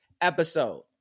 episode